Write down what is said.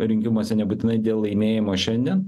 rinkimuose nebūtinai dėl laimėjimo šiandien